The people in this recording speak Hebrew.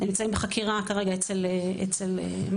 הם נמצאים בחקירה אצל מח"ש.